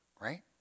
right